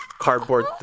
cardboard